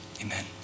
amen